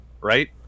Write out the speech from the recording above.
Right